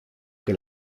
que